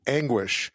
anguish